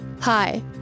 Hi